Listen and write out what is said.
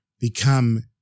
become